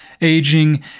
aging